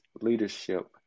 leadership